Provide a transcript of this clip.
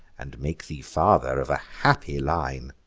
and make thee father of a happy line.